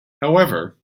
however